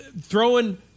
throwing